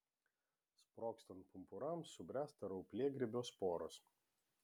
sprogstant pumpurams subręsta rauplėgrybio sporos